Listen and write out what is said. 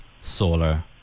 solar